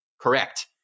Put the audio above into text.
correct